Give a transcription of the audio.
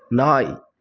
நாய்